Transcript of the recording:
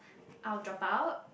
I will drop out